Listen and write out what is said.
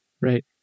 right